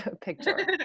picture